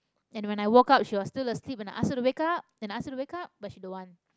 and when I woke up she was still asleep and I ask her to wake up and ask her to wake up but she don't want